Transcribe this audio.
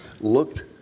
looked